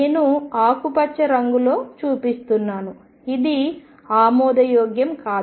నేను ఆకుపచ్చ రంగులో చూపిస్తున్నాను ఇది ఆమోదయోగ్యం కాదు